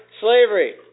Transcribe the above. slavery